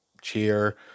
cheer